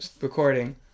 recording